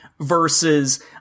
versus